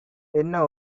என்ன